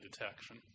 detection